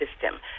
system